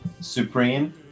supreme